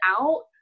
out